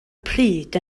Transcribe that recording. pryd